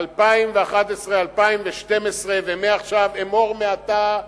בשאלת גובה ההוצאה ויעד הגירעון,